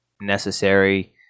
necessary